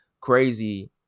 crazy